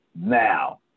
now